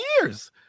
years